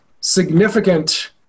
significant